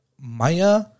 Maya